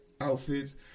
outfits